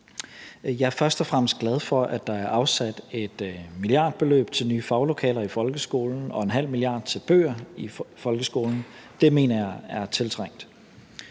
Jeg er først og fremmest glad for, at der er afsat et milliardbeløb til nye faglokaler i folkeskolen og 0,5 mia. kr. til bøger i folkeskolen. Det mener jeg er tiltrængt.